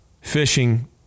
fishing